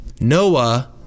Noah